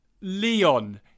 Leon